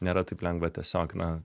nėra taip lengva tiesiog na